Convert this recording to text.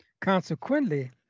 Consequently